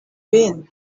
win